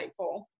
insightful